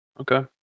okay